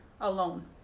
alone